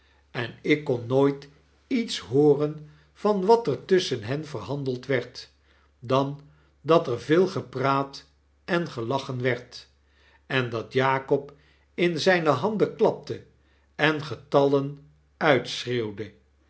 en ik kon nooit iets hooren van wat er tusschen hen verhandeld werd dan dat er veel gepraat en gelachen werd en dat jakob in zyne handen klapte en getallen uitschreeuwde